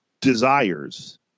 desires